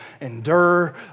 endure